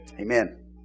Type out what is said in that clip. Amen